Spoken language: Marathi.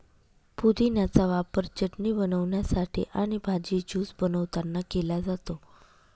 पुदिन्याचा वापर चटणी बनवण्यासाठी आणि भाजी, ज्यूस बनवतांना केला जातो